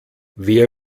wer